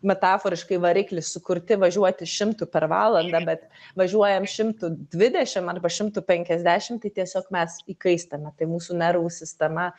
metaforiškai variklis sukurti važiuoti šimtu per valandą bet važiuojam šimtu dvidešim arba šimtu penkiasdešim tai tiesiog mes įkaistame tai mūsų nervų sistema